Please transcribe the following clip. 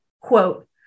Quote